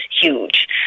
huge